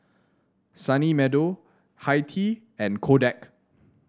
Sunny Meadow Hi Tea and Kodak